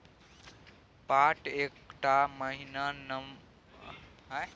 पाट एकटा महीन, नमहर आ चमकैत ताग छै जकरासँ बोरा या आन समान बनाएल जाइ छै